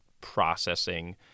processing